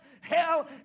hell